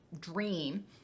dream